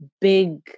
big